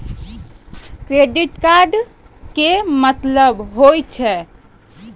Credit card के मतलब होय छै?